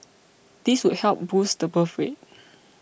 this would help boost the birth rate